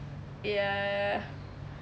ya